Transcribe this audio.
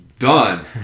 done